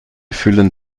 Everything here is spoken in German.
füllen